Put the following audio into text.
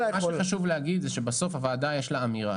מה שחשוב להגיד זה שבסוף לוועדה יש אמירה.